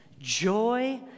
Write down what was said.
joy